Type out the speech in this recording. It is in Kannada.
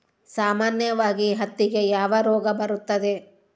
ಸಾಮಾನ್ಯವಾಗಿ ಹತ್ತಿಗೆ ಯಾವ ರೋಗ ಬರುತ್ತದೆ?